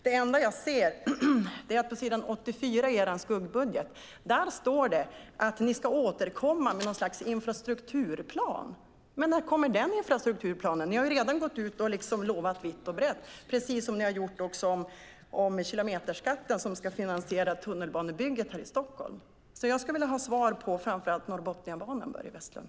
Det enda som finns i Socialdemokraternas skuggbudget om detta står på s. 84, där det sägs att ni ska återkomma med något slags infrastrukturplan. När kommer den infrastrukturplanen? Ni har ju redan gått ut och lovat vitt och brett, precis som ni gjort om kilometerskatten, som ska finansiera tunnelbanebygget i Stockholm. Jag skulle vilja ha svar framför allt om Norrbotniabanan, Börje Vestlund.